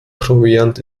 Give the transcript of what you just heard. proviant